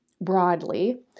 broadly